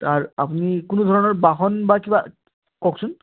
তাৰ আপুনি কোনো ধৰণৰ বাহন বা কিবা কওকচোন